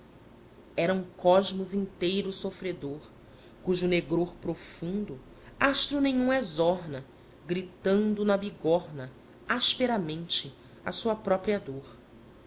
era um cosmos inteiro sofredor cujo negror profundo astro nenhum exorna gritando na bigorna asperamente a sua própria dor